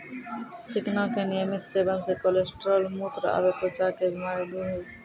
चिकना के नियमित सेवन से कोलेस्ट्रॉल, मुत्र आरो त्वचा के बीमारी दूर होय छै